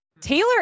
Taylor